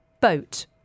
boat